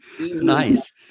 nice